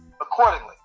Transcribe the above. accordingly